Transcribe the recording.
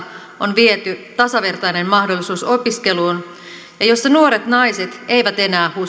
on viety tasavertainen mahdollisuus opiskeluun ja jossa nuoret naiset eivät enää